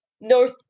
north